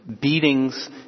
beatings